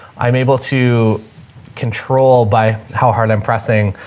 i'm able to control by how hard i'm pressing,